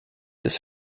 ist